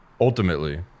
ultimately